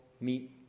meet